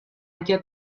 get